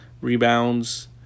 rebounds